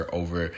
over